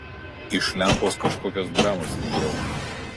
iš lempos kažkokios dramos ir vėl